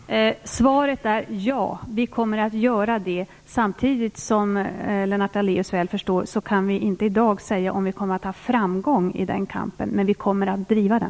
Herr talman! Svaret är ja. Vi kommer att göra det. Samtidigt kan vi, som Lennart Daléus väl förstår, inte i dag säga om vi kommer att ha framgång i den kampen. Men vi kommer att driva den.